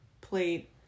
plate